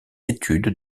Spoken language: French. études